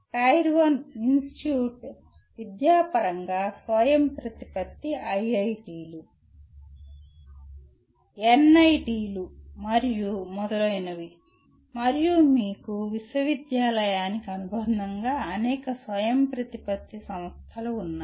tyre 1 institute విద్యాపరంగా స్వయంప్రతిపత్తి ఐఐటిలు ఎన్ఐటిలు మరియు మొదలగునవి మరియు మీకు విశ్వవిద్యాలయానికి అనుబంధంగా అనేక స్వయంప్రతిపత్తి సంస్థలు ఉన్నాయి